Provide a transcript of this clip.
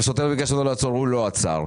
השוטר ביקש ממנו לעצור והוא לא עצר.